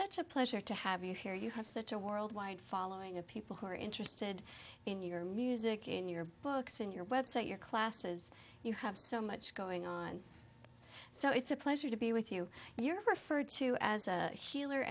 such a pleasure to have you here you have such a worldwide following of people who are interested in your music in your books and your website your classes you have so much going on so it's a pleasure to be with you and you're referred to as a h